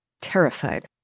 terrified